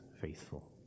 faithful